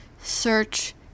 search